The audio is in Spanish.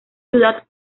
ciudad